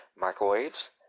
microwaves